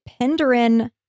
Penderin